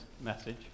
message